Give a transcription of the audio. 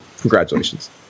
congratulations